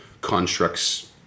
constructs